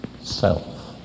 Self